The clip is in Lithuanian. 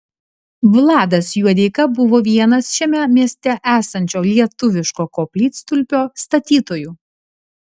vladas juodeika buvo vienas šiame mieste esančio lietuviško koplytstulpio statytojų